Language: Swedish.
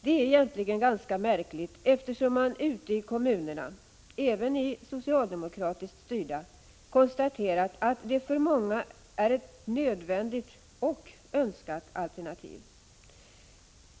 Det är egentligen ganska märkligt eftersom man ute i kommunerna, även i socialdemokratiskt styrda sådana, konstaterat att de för många är ett nödvändigt och önskat alternativ.